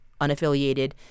unaffiliated